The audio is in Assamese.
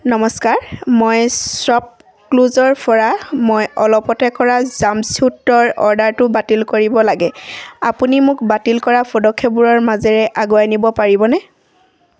নমস্কাৰ মই শ্বপক্লুজৰপৰা মই অলপতে কৰা জাম্পছুটৰ অৰ্ডাৰটো বাতিল কৰিব লাগে আপুনি মোক বাতিল কৰা পদক্ষেপবোৰৰ মাজেৰে আগুৱাই নিব পাৰিবনে